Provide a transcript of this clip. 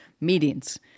meetings